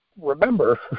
remember